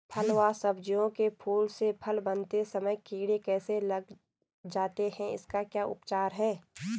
फ़ल व सब्जियों के फूल से फल बनते समय कीड़े कैसे लग जाते हैं इसका क्या उपचार है?